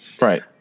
Right